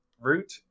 root